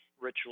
ritual